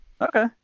Okay